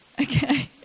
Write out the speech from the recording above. Okay